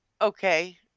Okay